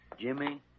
Jimmy